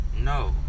No